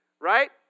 right